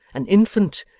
an infant,